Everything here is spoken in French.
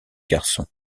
garçons